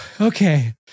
Okay